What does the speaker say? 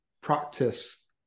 practice